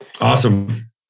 Awesome